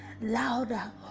louder